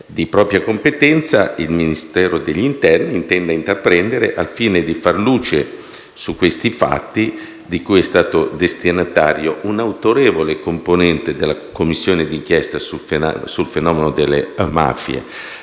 di propria competenza il Ministero dell'interno intenda intraprendere al fine di far luce su questi fatti, di cui è stato destinatario un autorevole componente della Commissione di inchiesta sul fenomeno delle mafie.